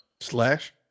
slash